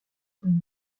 connu